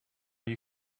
you